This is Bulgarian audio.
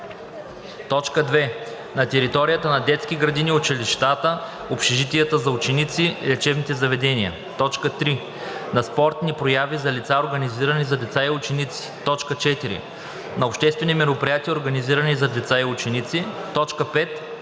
години; 2. на територията на детските градини, училищата, общежитията за ученици, лечебните заведения; 3. на спортни прояви за лица, организирани за деца и ученици; 4. на обществени мероприятия, организирани за деца и ученици; 5.